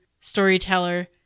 storyteller